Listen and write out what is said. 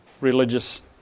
religious